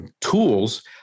tools